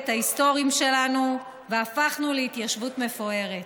ההיסטוריים שלנו והפכנו להתיישבות מפוארת.